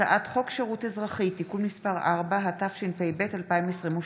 הצעת חוק שירות אזרחי (תיקון מס' 4), התשפ"ב 2022,